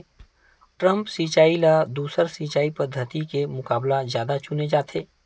द्रप्स सिंचाई ला दूसर सिंचाई पद्धिति के मुकाबला जादा चुने जाथे